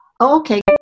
Okay